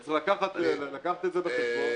יש לקחת את זה בחשבון.